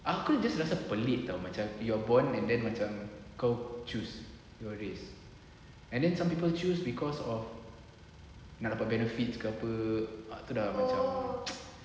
aku just rasa pelik [tau] macam you're born and then macam kau choose your race and then some people choose cause of nak dapat benefits ke apa ah tu dah macam